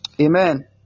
amen